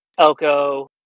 Elko